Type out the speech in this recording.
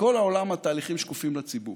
בכל העולם התהליכים שקופים לציבור,